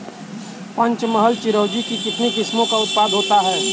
पंचमहल चिरौंजी की कितनी किस्मों का उत्पादन होता है?